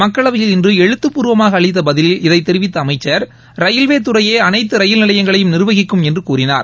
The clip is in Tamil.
மக்களவையில் இன்று எழுத்தப் பூர்வமாக அளித்த பதிலில் இதைத் தெரிவித்த அமைச்சர் ரயில்வேதுறையே அனைத்து ரயில் நிலையங்களையும் நிர்வகிக்கும் என்றும் கூறினார்